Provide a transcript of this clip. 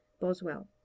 boswell